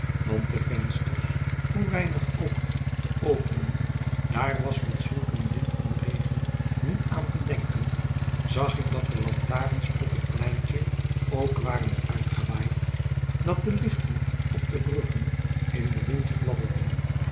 want de vensters hoe weinig ook te openen daar was met zulk een wind en regen niet aan te denken zag ik dat de lantarens op het pleintje ook waren uitgewaaid dat de lichten op de bruggen in den wind